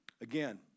Again